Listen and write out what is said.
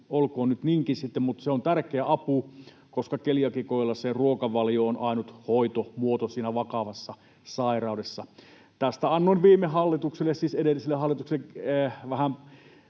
olkoon nyt niinkin sitten, mutta se on tärkeä apu, koska keliaakikoilla se ruokavalio on ainut hoitomuoto siinä vakavassa sairaudessa. Tästä annoin edelliselle hallitukselle